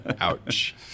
Ouch